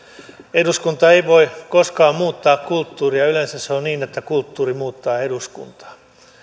eduskunta ei voi koskaan muuttaa kulttuuria yleensä se on niin että kulttuuri muuttaa eduskuntaa